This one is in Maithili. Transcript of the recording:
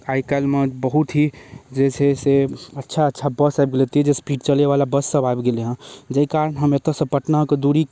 आइ काल्हिमे बहुत ही जे छै से अच्छा अच्छा बस आबि गेलै तेज स्पीड चलै बला बस सब आबि गेलै हँ जहि कारण हम एतऽ सँ पटना कऽ दूरी